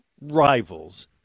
rivals